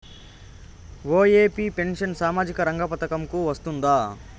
OAP pension సామాజిక రంగ పథకం కు వస్తుందా?